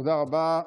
תודה רבה.